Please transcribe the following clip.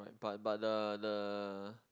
but but the the